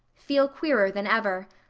feel queerer than ever.